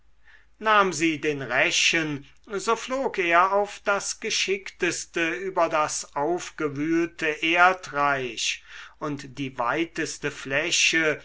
nahm sie den rechen so flog er auf das geschickteste über das aufgewühlte erdreich und die weiteste fläche